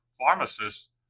pharmacists